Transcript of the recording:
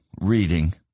reading